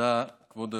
תודה, כבוד היושב-ראש.